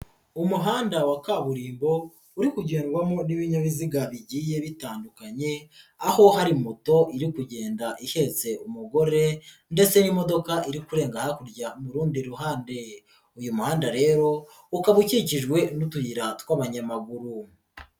Umuhanda wa kaburimbo uri kugendwamo n'ibinyabiziga bigiye bitandukanye, aho hari moto iri kugenda ihetse umugore ndetse n'imodoka iri kurenga hakurya mu rundi ruhande, uyu muhanda rero ukaba ukikijwe n'utuyira tw'abanyamaguru.